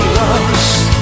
lost